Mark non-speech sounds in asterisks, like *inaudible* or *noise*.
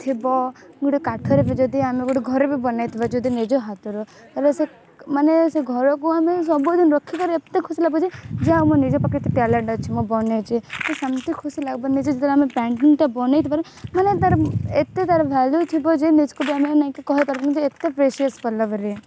ଥିବ ଗୋଟେ କାଠରେ ଯଦି ଆମେ ଗୋଟେ ଘରେ ବି ବନେଇଥିବା ଯଦି ନିଜ ହାତର ମାନେ ସେ ଘରକୁ ଆମେ ସବୁଦିନ ରଖିପାରି ଏତେ ଖୁସି ଲାଗିବ ଯେ ଯାହା ହଉ ଆମ ନିଜ ପାଖେ ଏତେ ଟାଲେଣ୍ଟ ଅଛି ମୁଁ ବନେଇଛି ତ ସେମିତି ଖୁସି ଲାଗିବ ନିଜେ ଯେତେବେଳେ ଆମେ ପେଣ୍ଟିଂଟା ବନେଇଥିବାରୁ ମାନେ ତା'ର ଏତେ ତାର ଭାଲ୍ୟୁ ଥିବ ଯେ ନିଜକୁ ବି ନାହିଁ କି ଆମେ କହି ପାରିବୁନୁ ଯେ ଏତେ ପ୍ରେସିଅସ୍ *unintelligible* ପରି